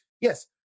yes